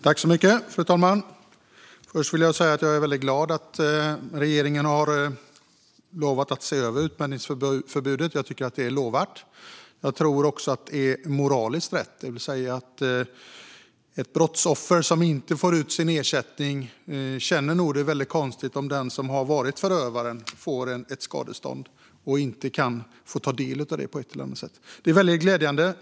Fru talman! Först vill jag säga att jag är väldigt glad att regeringen har lovat att se över utmätningsförbudet. Jag tycker att det är lovvärt. Jag tror också att det är moraliskt rätt. Ett brottsoffer som inte får ut sin ersättning känner nog att det är väldigt konstigt om förövaren får ett skadestånd och man inte kan få ta del av det på ett eller annat sätt. Det är alltså väldigt glädjande.